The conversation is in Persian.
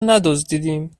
ندزدیدیم